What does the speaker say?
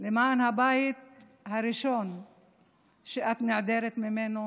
למען הבית הראשון שנעדרת ממנו